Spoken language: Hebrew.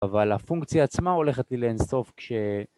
אבל הפונקציה עצמה הולכת לי לאינסוף כש...